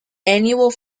annual